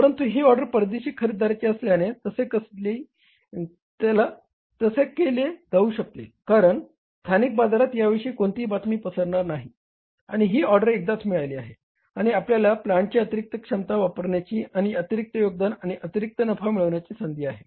परंतु ही ऑर्डर परदेशी खरेदीदाराची असल्याने तसे केले जाऊ शकते कारण स्थानिक बाजारात याविषयी कोणतीही बातमी पसरणार नाही आणि ही ऑर्डर एकदाच मिळाली आहे आणि आपल्याला प्लांटची अतिरिक्त क्षमता वापरण्याची आणि अतिरिक्त योगदान आणि अतिरिक्त नफा मिळविण्याची संधी आहे